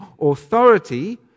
authority